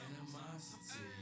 animosity